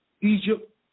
Egypt